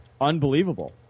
unbelievable